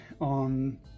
on